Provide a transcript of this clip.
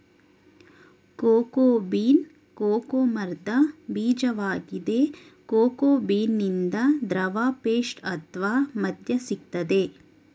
cocoa bean cocoa ಮರ್ದ ಬೀಜ್ವಾಗಿದೆ cocoa ಬೀನಿಂದ ದ್ರವ ಪೇಸ್ಟ್ ಅತ್ವ ಮದ್ಯ ಸಿಗ್ತದೆ